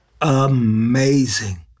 Amazing